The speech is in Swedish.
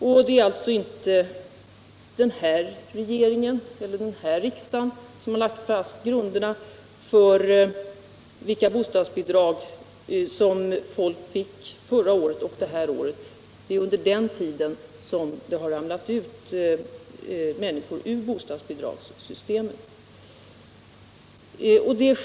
Det är alltså inte den här regeringen eller den här riksdagen som fastlagt grunderna för människornas bostadsbidrag i fjol och i år. Det är under den tiden som människor har ramlat ut ur bostadsbidragssystemet.